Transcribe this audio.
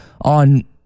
on